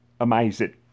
amazing